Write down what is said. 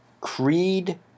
Creed